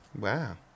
Wow